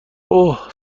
اوه